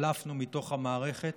שלפנו מתוך המערכת